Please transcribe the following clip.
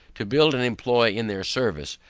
to build and employ in their service,